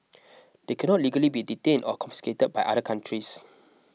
they cannot legally be detained or confiscated by other countries